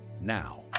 now